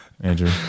Andrew